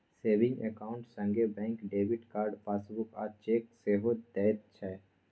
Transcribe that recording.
saving account संगे bank debit card, passbook आ cheque सेहो दैत छै